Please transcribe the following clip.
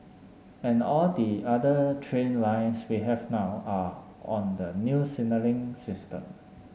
and all the other train lines we have now are on the new signalling system